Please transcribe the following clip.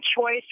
choice